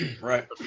Right